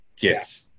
Yes